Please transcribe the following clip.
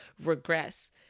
regress